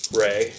ray